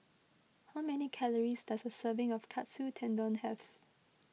how many calories does a serving of Katsu Tendon have